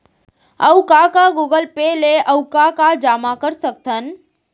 अऊ का का गूगल पे ले अऊ का का जामा कर सकथन?